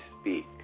speak